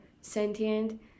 sentient